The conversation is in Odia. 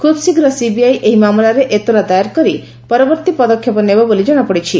ଖୁବ୍ ଶୀଘ୍ର ସିବିଆଇ ଏହି ମାମଲାରେ ଏତଲା ଦାଏର କରି ପରବର୍ତ୍ତୀ ପଦକ୍ଷେପ ନେବ ବୋଲି ଜଣାପଡ଼ିଛି